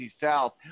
South